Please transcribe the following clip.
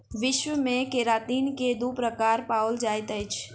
विश्व मे केरातिन के दू प्रकार पाओल जाइत अछि